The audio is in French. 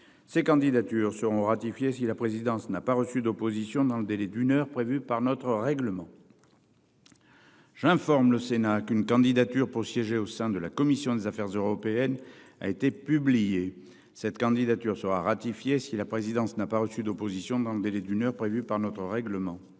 ces candidatures seront ratifiées si la présidence n'a pas reçu d'opposition dans le délai d'une heure prévue par notre règlement. J'informe le Sénat qu'une candidature pour siéger au sein de la commission des Affaires européennes a été publiée, cette candidature sera ratifié si la présidence n'a pas reçu d'opposition dans le délai d'une heure prévue par notre règlement.